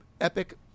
epic